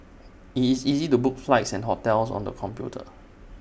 IT is easy to book flights and hotels on the computer